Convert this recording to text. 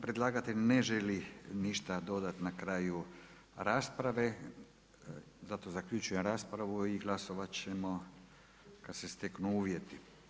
Predlagatelj ne želi ništa dodati na kraju rasprave, zato zaključujem raspravu i glasovat ćemo kad se steknu uvjeti.